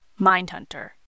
Mindhunter